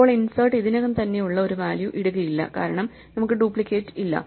ഇപ്പോൾ ഇൻസേർട്ട് ഇതിനകം തന്നെ ഉള്ള ഒരു വാല്യൂ ഇടുകയില്ല കാരണം നമുക്ക് ഡ്യൂപ്ലിക്കേറ്റ് ഇല്ല